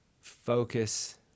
focus